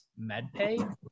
MedPay